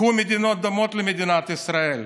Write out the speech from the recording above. קחו מדינות דומות למדינת ישראל.